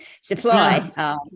supply